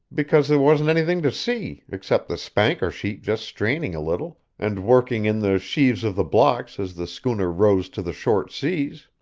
because there wasn't anything to see except the spanker sheet just straining a little, and working in the sheaves of the blocks as the schooner rose to the short seas.